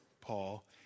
Paul